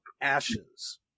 ashes